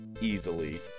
Easily